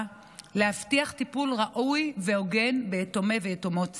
להבטיח טיפול ראוי והוגן ביתומי ויתומות צה"ל.